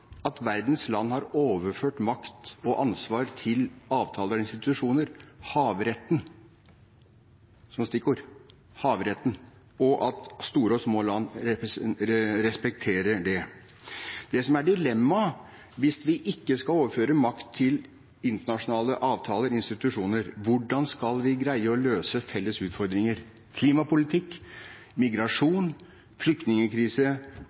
at verdens land har overført makt og ansvar til avtaler og institusjoner – havretten som stikkord – og at store og små land respekterer det. Det som er dilemmaet hvis vi ikke skal overføre makt til internasjonale avtaler og institusjoner, er hvordan vi skal greie å løse felles utfordringer – klimapolitikk, migrasjon, flyktningkrise,